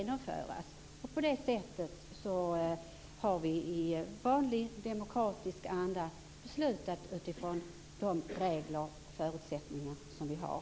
På det sättet har vi i vanlig demokratisk anda fattat beslut med utgångspunkt i de regler och förutsättningar som vi har.